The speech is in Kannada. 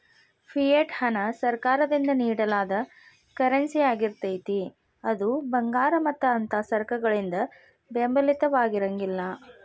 ಫಿಯೆಟ್ ಹಣ ಸರ್ಕಾರದಿಂದ ನೇಡಲಾದ ಕರೆನ್ಸಿಯಾಗಿರ್ತೇತಿ ಅದು ಭಂಗಾರ ಮತ್ತ ಅಂಥಾ ಸರಕಗಳಿಂದ ಬೆಂಬಲಿತವಾಗಿರಂಗಿಲ್ಲಾ